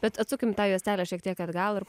bet atsukim tą juostelę šiek tiek atgal ir